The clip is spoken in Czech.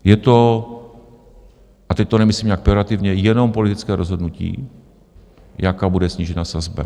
Je to a teď to nemyslím nějak pejorativně, jenom politické rozhodnutí, jaká bude snížena sazba.